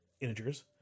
integers